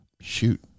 shoot